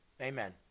Amen